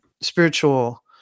spiritual